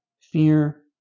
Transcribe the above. fear